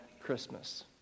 Christmas